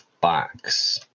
box